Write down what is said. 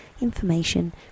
information